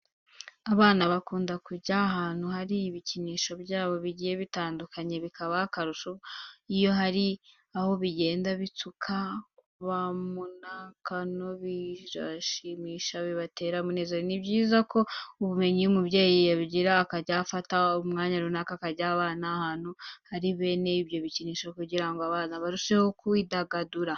Abana bakunda kujya ahantu hari ibikinisho byabo bigiye bitandukanye. Bikaba akarusho iyo hari aho bagenda batsuka bamanuka kuko birabashimisha cyane bibatera umunezero. Ni byiza ko buri mubyeyi yabigira intego akajya afata igihe runaka akajyana abana ahantu hari bene ibyo bikinisho kugira ngo abana barusheho kwidagadura.